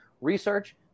research